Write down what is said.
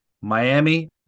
Miami